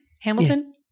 Hamilton